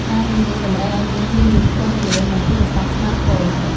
ការងារនេះតម្រូវឱ្យមានយានយន្តផ្ទាល់ខ្លួន និងទូរស័ព្ទស្មាតហ្វូន។